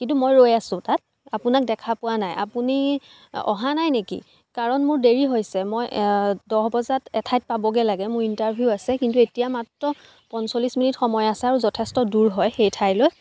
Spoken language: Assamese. কিন্তু মই ৰৈ আছোঁ তাত আপোনাক দেখা পোৱা নাই আপুনি অহা নাই নেকি কাৰণ মোৰ দেৰি হৈছে মই দহ বজাত এঠাইত পাবগে লাগে মোৰ ইণ্টাৰভিউ আছে কিন্তু এতিয়া মাত্ৰ পঞ্চলিছ মিনিট সময় আছে আৰু যথেষ্ট দূৰ হয় সেই ঠাইলৈ